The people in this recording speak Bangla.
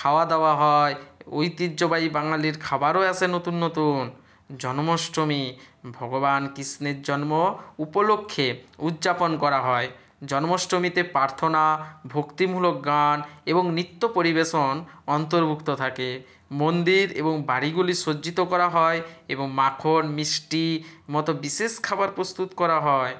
খাওয়া দাওয়া হয় ঐতিহ্যবাহী বাঙালির খাবারও আসে নতুন নতুন জন্মাষ্টমী ভগবান কৃষ্ণের জন্ম উপলক্ষে উদযাপন করা হয় জন্মাষ্টমীতে প্রার্থনা ভক্তিমূলক গান এবং নৃত্য পরিবেশন অন্তর্ভুক্ত থাকে মন্দির এবং বাড়িগুলি সজ্জিত করা হয় এবং মাখন মিষ্টি মত বিশেষ খাবার প্রস্তুত করা হয়